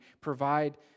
provide